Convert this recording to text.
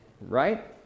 right